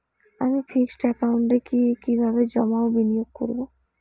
আমি ফিক্সড একাউন্টে কি কিভাবে জমা ও বিনিয়োগ করব?